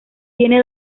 tiene